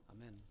Amen